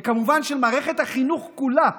וכמובן של מערכת החינוך כולה,